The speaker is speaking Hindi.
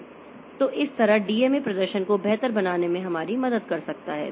तो इस तरह DMA प्रदर्शन को बेहतर बनाने में हमारी मदद कर सकता है